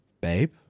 Babe